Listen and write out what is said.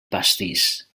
pastís